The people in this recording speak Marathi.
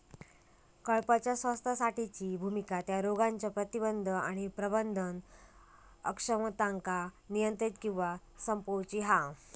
कळपाच्या स्वास्थ्यासाठीची भुमिका त्या रोगांच्या प्रतिबंध आणि प्रबंधन अक्षमतांका नियंत्रित किंवा संपवूची हा